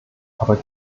aber